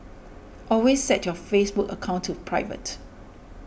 always set your Facebook account to private